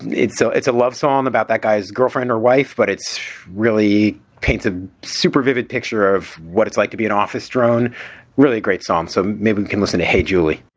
so it's a love song about that guy's girlfriend or wife, but it's really paints a super vivid picture of what it's like to be an office drone really grates on some. maybe you can listen to. hey, julie